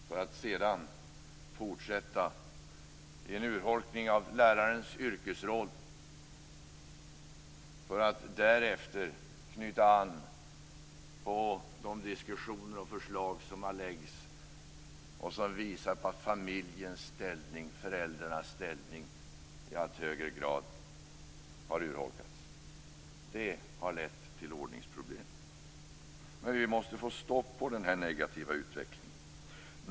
Sedan har det fortsatt i en urholkning av lärarens yrkesroll, för att därefter knyta an till de diskussioner och förslag som har lagts och som visar att familjens ställning, föräldrarnas ställning, i allt högre grad har urholkats. Det har lett till ordningsproblem. Vi måste få stopp på den här negativa utvecklingen.